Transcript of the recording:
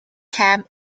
camp